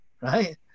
right